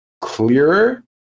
clearer